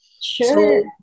Sure